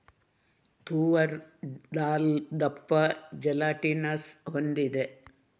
ತೂವರ್ ದಾಲ್ ದಪ್ಪ ಜೆಲಾಟಿನಸ್ ಹೊಂದಿದೆ